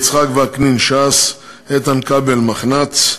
יצחק וקנין, ש"ס, איתן כבל, מחנ"צ,